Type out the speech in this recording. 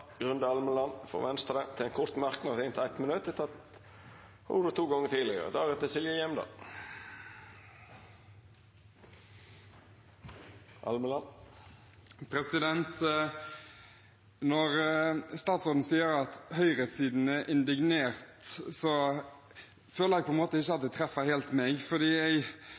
ordet til ein kort merknad, avgrensa til 1 minutt. Når statsråden sier at høyresiden er indignert, føler jeg på en måte at det ikke treffer meg helt, for jeg